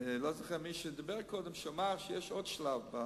לא זוכר מי דיבר קודם ואמר שיש עוד שלב,